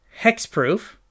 hexproof